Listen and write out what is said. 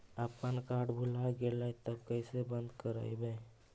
अपन कार्ड भुला गेलय तब कैसे बन्द कराइब?